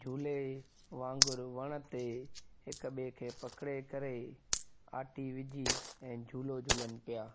झूले वागुंरु वण ते हिक ॿिए खे पकिड़े करे आटी विझी ऐं झूलो झूलनि पिया